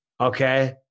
okay